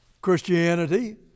Christianity